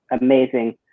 amazing